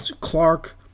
clark